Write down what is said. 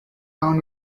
down